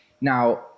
now